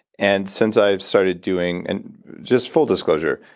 and since i've started doing. and just full disclosure,